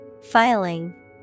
Filing